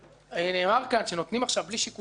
נאמר פה שנותנים בלי שיקול דעת.